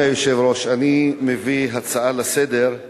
אני אודיע על כך, אם כך.